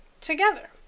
together